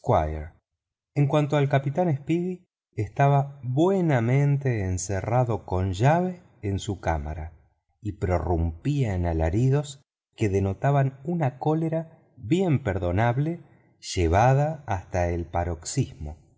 en cuanto al capitán speedy estaba buenamente encerrado con llave en su cámara y prorrumpía en alaridos que denotaban una cólera bien perdonable llevada al paroxismo